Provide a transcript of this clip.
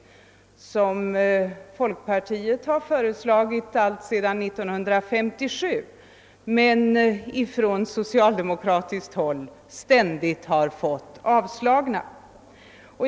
En sådan utredning har folkpartiet föreslagit alltsedan 1957, men de förslagen har vi ständigt fått avslagna från socialdemokratiskt håll.